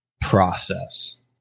process